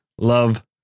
Love